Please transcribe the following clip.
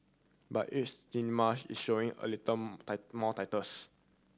but each cinema is showing a little more titles